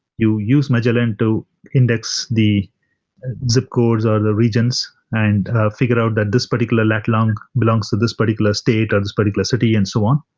you use magellan to index the zip codes, or the regions and figure out that this particular lat long belongs to this particular state, or this particular city and so on.